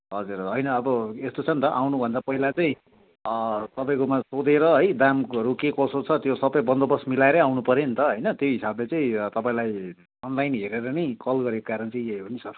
हजुर होइन अब यस्तो छ नि त आउनुभन्दा पहिला चाहिँ तपाईँकोमा सोधेर है दामहरू के कसो छ त्यो सबै बन्दोबस्त मिलाएरै आउनुपर्यो नि त होइन त्यही हिसाबले चाहिँ तपाईँलाई अनलाइन हेरेर नै कल गरेको कारण चाहिँ यही हो नि सर